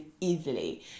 easily